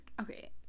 okay